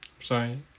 sorry